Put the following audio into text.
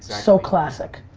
so classic.